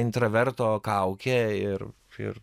intraverto kaukę ir ir